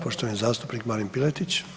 poštovani zastupnik Marin Piletić.